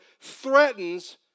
threatens